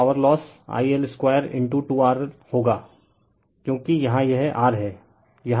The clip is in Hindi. तब power loss I L22 R होगा क्योंकि यहाँ यह R है यहाँ यह R है